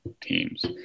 teams